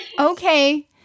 Okay